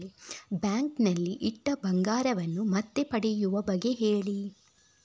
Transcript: bank ನಲ್ಲಿ ಇಟ್ಟ ಬಂಗಾರವನ್ನು ಮತ್ತೆ ಪಡೆಯುವ ಬಗ್ಗೆ ಹೇಳಿ